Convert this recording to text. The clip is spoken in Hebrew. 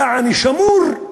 יעני, שמור.